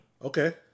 Okay